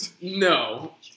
No